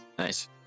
Nice